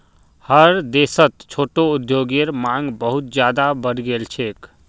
हर देशत छोटो उद्योगेर मांग बहुत ज्यादा बढ़ गेल छेक